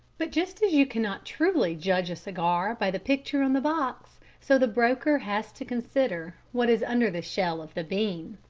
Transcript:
but just as you cannot truly judge a cigar by the picture on the box, so the broker has to consider what is under the shell of the bean.